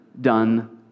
done